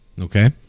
Okay